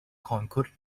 conclude